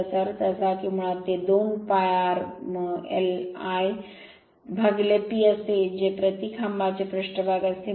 याचा अर्थ असा की मुळात ते 2 π rlp असते जे प्रति खांबाचे पृष्ठभाग असते